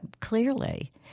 clearly